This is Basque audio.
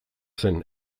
zen